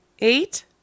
Eight